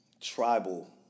tribal